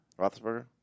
Roethlisberger